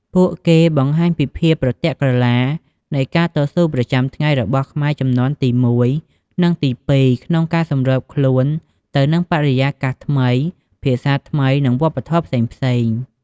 ពួកគេបង្ហាញពីភាពប្រទាក់ក្រឡានៃការតស៊ូប្រចាំថ្ងៃរបស់ខ្មែរជំនាន់ទីមួយ និងទីពីរ ក្នុងការសម្របខ្លួនទៅនឹងបរិយាកាសថ្មី ភាសាថ្មី និងវប្បធម៌ផ្សេងៗ។